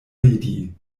ridi